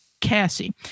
Cassie